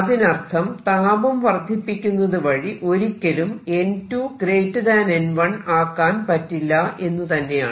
അതിനർത്ഥം താപം വർദ്ധിപ്പിക്കുന്നത് വഴി ഒരിക്കലും n 2 n1 ആക്കാൻ പറ്റില്ല എന്ന് തന്നെയാണ്